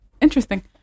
interesting